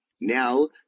now